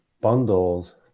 bundles